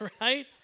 Right